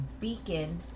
Beacon